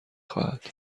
خواهد